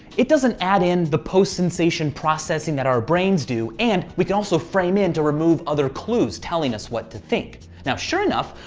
it doesn't add in the post sensation processing that our brains do and we can also frame in to remove other clues telling us what to think. now, sure enough,